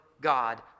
God